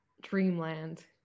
dreamland